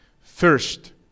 First